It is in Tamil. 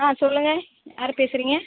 ஆ சொல்லுங்கள் யார் பேசுறீங்க